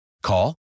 Call